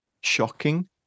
shocking